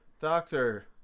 Doctor